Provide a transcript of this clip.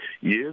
Yes